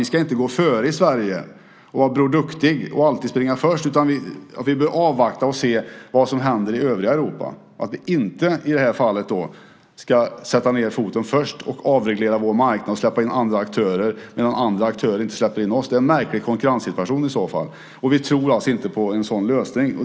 Vi ska inte gå före i Sverige, vara Bror Duktig och alltid springa först, utan vi bör avvakta och se vad som händer i övriga Europa. I det här fallet ska vi inte sätta ned foten först, avreglera vår marknad och släppa in andra aktörer, medan andra aktörer inte släpper in oss. Det skulle bli en märklig konkurrenssituation i så fall. Vi tror alltså inte på en sådan lösning.